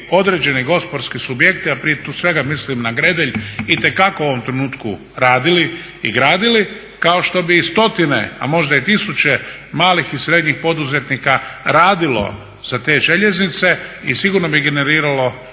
određeni gospodarski subjekti, a prije svega tu mislim na Gredelj itekako u ovom trenutku radili i gradili kao što bi i stotine a možda i tisuće malih i srednjih poduzetnika radilo za te željeznice i sigurno bi generiralo